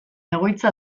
egoitza